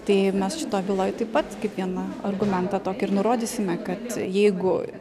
tai mes šitoj byloj taip pat kaip vieną argumentą tokį ir nurodysime kad jeigu